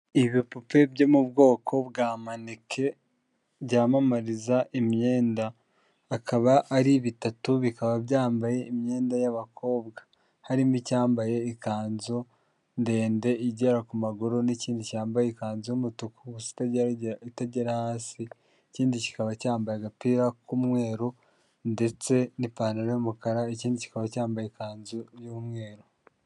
Ibipupe byo mu bwoko bwa maneke byamamariza imyenda akaba ari bitatu bikaba byambaye imyenda y'abakobwa harimo icyambaye ikanzu ndende igera ku maguru n'ikindi cyambaye ikanzu y'umutuku igera hasi, ikindi kikaba cyambaye agapira k'umweru ndetse n'ipantaro y'umukara ikindi kikaba cyambaye ikanzu y'umweru.